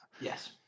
Yes